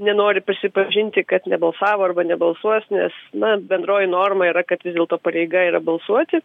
nenori prisipažinti kad nebalsavo arba nebalsuos nes na bendroji norma yra kad vis dėlto pareiga yra balsuoti